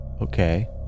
Okay